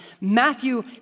Matthew